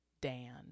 Dan